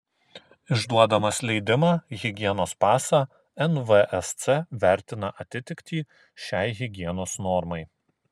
išduodamas leidimą higienos pasą nvsc vertina atitiktį šiai higienos normai